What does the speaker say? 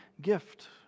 gift